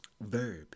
Verb